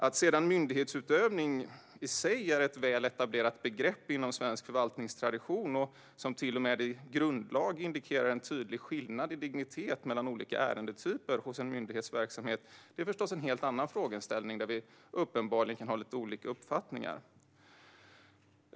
Att sedan myndighetsutövning i sig är ett väl etablerat begrepp inom svensk förvaltningstradition och att det till och med i grundlagen indikeras en tydlig skillnad i dignitet mellan olika ärendetyper hos en myndighets verksamhet är förstås en helt annan frågeställning, och där har vi uppenbarligen lite olika uppfattningar.